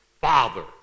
Father